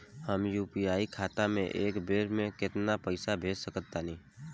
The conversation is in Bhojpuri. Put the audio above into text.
हम यू.पी.आई खाता से एक बेर म केतना पइसा भेज सकऽ तानि?